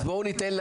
בואו נעשה את